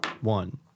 one